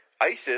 Isis